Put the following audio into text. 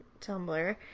Tumblr